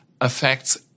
affects